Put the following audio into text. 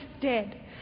dead